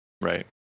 right